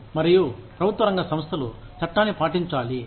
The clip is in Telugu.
మరియు ప్రభుత్వ రంగ సంస్థలు చట్టాన్ని పాటించాలి